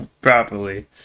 properly